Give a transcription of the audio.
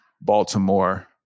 Baltimore